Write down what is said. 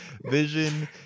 vision